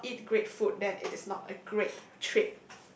do not eat great food then it is not a great trip